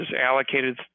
allocated